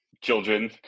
children